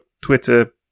Twitter